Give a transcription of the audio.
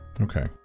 Okay